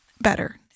better